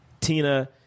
Tina